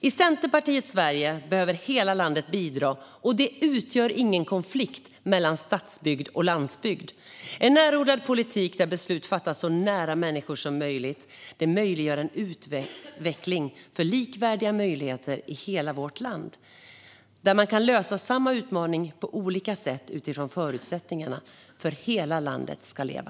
I Centerpartiets Sverige behöver hela landet bidra, och det utgör ingen konflikt mellan stadsbygd och landsbygd. En närodlad politik där beslut fattas så nära människor som möjligt möjliggör en utveckling för likvärdiga möjligheter i hela vårt land där man kan lösa samma utmaning på olika sätt utifrån förutsättningarna - för hela landet ska leva!